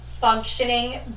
functioning